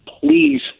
please